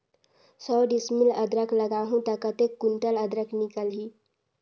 सौ डिसमिल अदरक लगाहूं ता कतेक कुंटल अदरक निकल ही?